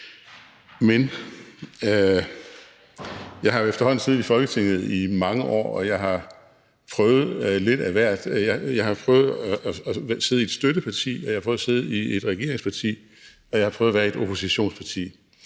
Men jeg har jo siddet i Folketinget i efterhånden mange år, og jeg har prøvet lidt af hvert. Jeg har prøvet at sidde i et støtteparti, og jeg har prøvet at sidde i et regeringsparti, og jeg har prøvet at være i et oppositionsparti.